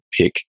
pick